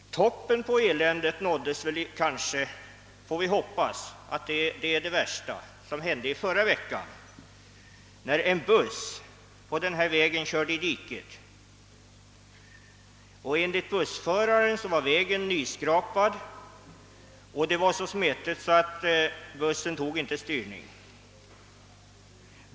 Toppen på eländet nåddes — åtminstone hoppas jag att inget värre skall inträffa — förra veckan när en buss på denna väg körde i diket. Enligt bussföraren var vägen nyskrapad, och det var så smetigt att bussen inte tog styrning.